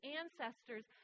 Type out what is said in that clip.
ancestors